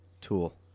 tool